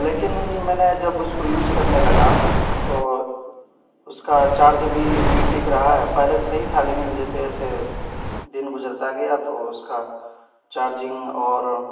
لیکن میں نے جب اس کو یوز کرنے لگا تو اس کا چارج بھی نہیں ٹک رہا ہے پہلے صحیح تھا لیکن جیسے جیسے دن گزرتا گیا تو اس کا چارجنگ اور